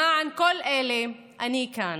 למען כל אלה אני כאן.